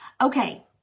Okay